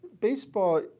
baseball